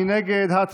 מי נגד?